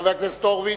חבר הכנסת הורוביץ,